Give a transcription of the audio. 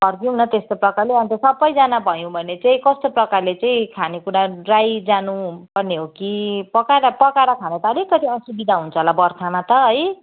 फर्कियौँ न त्यस्तो प्रकारले अन्त सबैजना भयौँ भने चाहिँ कस्तो प्रकारले चाहिँ खानेकुरा ड्राइ जानुपर्ने हो कि पकाएर पकाएर खाँदा त अलिकति असुविधा हुन्छ होला बर्खामा त है